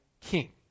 king